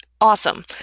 Awesome